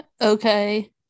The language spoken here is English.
Okay